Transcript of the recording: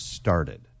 started